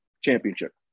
Championship